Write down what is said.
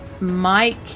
Mike